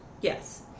Yes